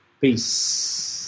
Peace